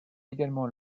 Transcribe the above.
également